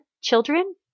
children